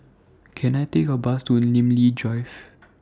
Can I Take A Bus to Namly Drive